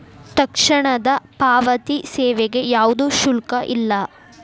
ತಕ್ಷಣದ ಪಾವತಿ ಸೇವೆಗೆ ಯಾವ್ದು ಶುಲ್ಕ ಇಲ್ಲ